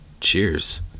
Cheers